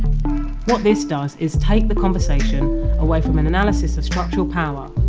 what this does is takes the conversation away from an analysis of structural power,